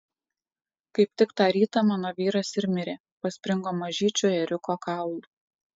kaip tik tą rytą mano vyras ir mirė paspringo mažyčiu ėriuko kaulu